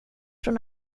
från